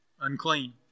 unclean